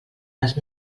les